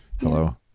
Hello